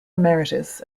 emeritus